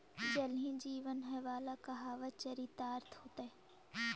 जल ही जीवन हई वाला कहावत चरितार्थ होइत हई